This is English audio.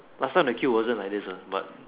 last time the queue wasn't like this ah but